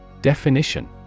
Definition